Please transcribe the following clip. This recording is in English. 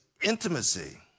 intimacy